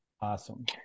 Awesome